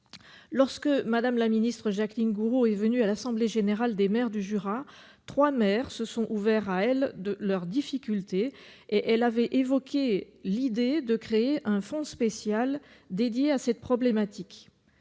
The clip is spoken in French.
Lorsque Mme la ministre Jacqueline Gourault est venue assister à l'assemblée générale des maires du Jura, trois maires se sont ouverts à elle de leurs difficultés, et elle a évoqué l'idée de créer un fonds spécial dédié à cette problématique.